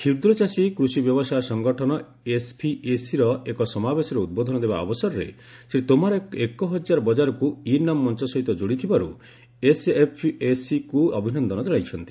କ୍ଷୁଦ୍ର ଚାଷୀ କୃଷି ବ୍ୟବସାୟ ସଙ୍ଗଠନ ଏସ୍ଏଫ୍ଏସିର ଏକ ସମାବେଶରେ ଉଦ୍ବୋଧନ ଦେବା ଅବସରରେ ଶ୍ରୀ ତୋମାର ଏକ ହଜାର ବଜାରକୁ ଇ ନାମ୍ ମଞ୍ଚ ସହିତ ଯୋଡ଼ିଥିବାରୁ ଏସ୍ଏଫ୍ଏସିକୁ ଅଭିନନ୍ଦନ କଣାଇଛନ୍ତି